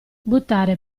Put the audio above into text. buttare